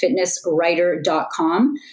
fitnesswriter.com